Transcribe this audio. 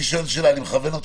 אני שואל שאלה, אני מכוון אתכם.